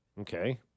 Okay